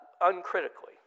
uncritically